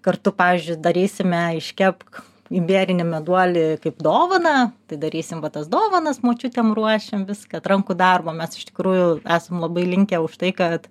kartu pavyzdžiui darysime iškepk imbierinį meduolį kaip dovaną tai darysim va tas dovanas močiutėm ruošim vis kad rankų darbo mes iš tikrųjų esam labai linkę už tai kad